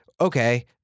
Okay